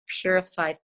purified